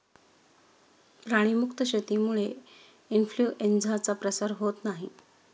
प्राणी मुक्त शेतीमुळे इन्फ्लूएन्झाचा प्रसार होत नाही